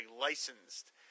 licensed